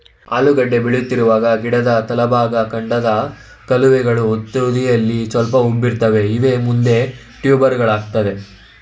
ಆಲೂಗೆಡ್ಡೆ ಬೆಳೆಯುತ್ತಿರುವಾಗ ಗಿಡದ ತಳಭಾಗ ಕಾಂಡದ ಕವಲುಗಳು ತುದಿಯಲ್ಲಿ ಸ್ವಲ್ಪ ಉಬ್ಬಿರುತ್ತವೆ ಇವೇ ಮುಂದೆ ಟ್ಯೂಬರುಗಳಾಗ್ತವೆ